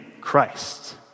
Christ